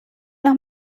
noch